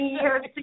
years